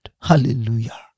Hallelujah